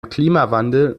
klimawandel